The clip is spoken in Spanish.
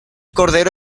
cordero